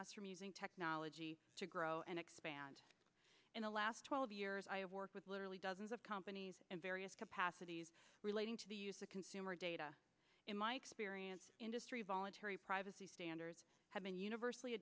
us from using technology to grow and expand in the last twelve years i have worked with literally dozens of companies in various capacities relating to the use of consumer data in my experience industry voluntary privacy standards have been universally